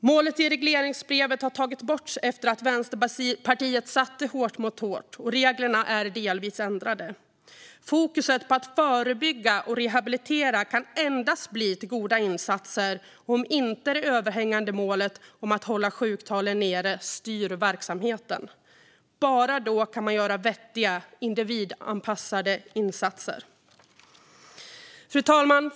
Målet i regleringsbrevet har tagits bort efter att Vänsterpartiet satte hårt mot hårt, och reglerna är delvis ändrade. Fokus på att förebygga och rehabilitera kan endast bli till goda insatser om det överhängande målet om att hålla sjuktalen nere inte styr verksamheten. Bara då kan man göra vettiga, individanpassade insatser. Fru talman!